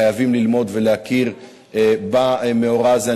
חייבים ללמוד ולהכיר במאורע הזה.